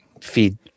feed